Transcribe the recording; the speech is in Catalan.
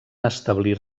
establir